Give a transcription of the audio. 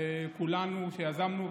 כולנו שיזמנו,